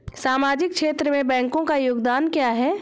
सामाजिक क्षेत्र में बैंकों का योगदान क्या है?